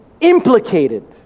implicated